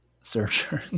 surgery